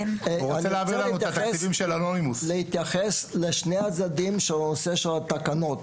אני רוצה להתייחס לשני הצדדים בנושא התקנות,